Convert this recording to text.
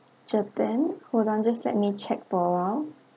japan hold on just let me check for awhile